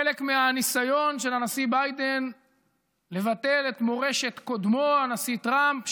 חלק מהניסיון של הנשיא ביידן לבטל את מורשת קודמו הנשיא טראמפ,